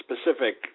specific